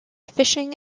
fishing